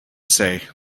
say